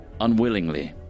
unwillingly